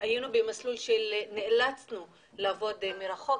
היינו במסלול שנאלצנו לעבוד מרחוק,